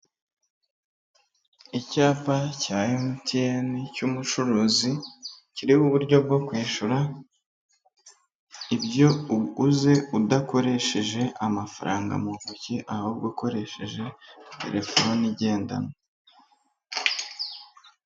Icyapa cya emutiyeni cy'umucuruzi, kiriho uburyo bwo kwishyura ibyoguze udakoresheje amafaranga mu ntoki, ahubwo ukoresheje terefone igendanwa.